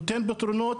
נותן פתרונות.